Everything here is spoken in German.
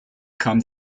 kam